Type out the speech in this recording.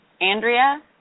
Andrea